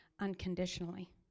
unconditionally